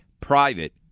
private